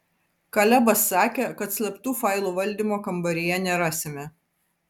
kalebas sakė kad slaptų failų valdymo kambaryje nerasime